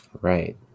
Right